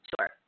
Sure